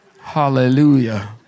hallelujah